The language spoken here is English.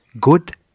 good